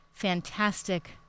Fantastic